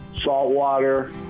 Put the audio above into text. saltwater